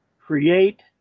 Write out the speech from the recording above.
create